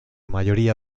mayoría